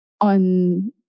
on